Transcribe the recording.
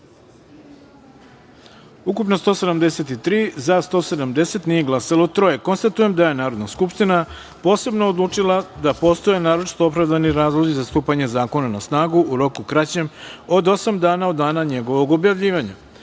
ukupno – 173, za – 170, nije glasalo – troje. Konstatujem da je Narodna skupština posebno odlučila da postoje naročito opravdani razlozi za stupanje zakona na snagu u roku kraćem od osam dana od dana njegovog objavljivanja. Pošto